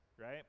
right